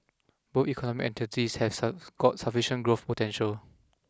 both economic entities has south got sufficient growth potential